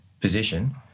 position